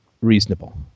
reasonable